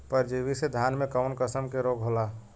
परजीवी से धान में कऊन कसम के रोग होला?